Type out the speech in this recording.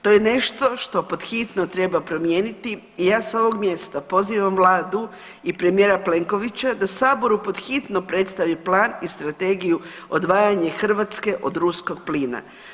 To je nešto što pod hitno treba promijeniti i ja s ovog mjesta pozivam vladu i premijera Plenkovića da saboru pod hitno predstavi plan i strategiju odvajanje Hrvatske od ruskog plina.